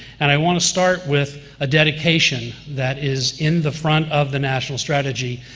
and i want to start with a dedication that is in the front of the national strategy,